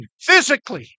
physically